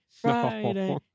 Friday